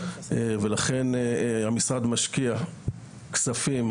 ולכן המשרד משקיע כספים,